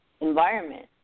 environment